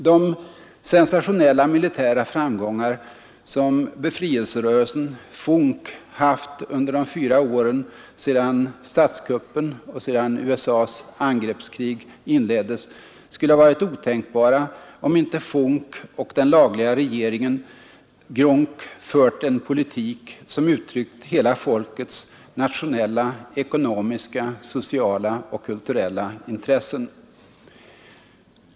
De sensationella militära framgångar som befrielserörelsen, FUNK, haft under de fyra åren sedan statskuppen och sedan USA:s angreppskrig inleddes, skulle ha varit otänkbara om inte FUNK och den lagliga regeringen, GRUNC, fört en politik som uttryckt hela folkets nationella, ekonomiska, sociala och kulturella intressen.